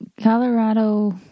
Colorado